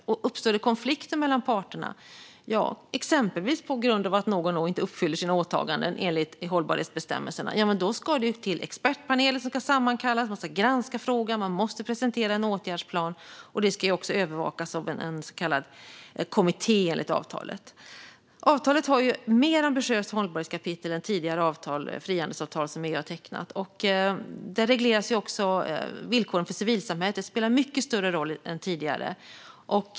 Och om det uppstår konflikter mellan parterna, exempelvis på grund av att någon inte uppfyller sina åtaganden enligt hållbarhetsbestämmelserna, ska expertpaneler sammankallas. Frågan måste granskas och en åtgärdsplan presenteras, och detta ska övervakas av en kommitté enligt avtalet. Avtalet har ett mer ambitiöst hållbarhetskapitel än tidigare frihandelsavtal som vi har tecknat. Där regleras villkoren för civilsamhället, som spelar en mycket större roll än tidigare.